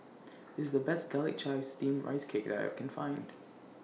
This IS The Best Garlic Chives Steamed Rice Cake that I Can Find